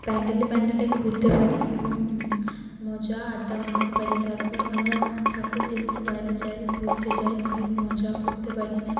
প্যান্ডেলে প্যান্ডেলে ঘুরতে পারি এবং মজা আড্ডা মারতে পারি তারপর আমরা ঠাকুর দেখতে বাইরে যাই ঘুরতে যাই অনেক মজা করতে পারি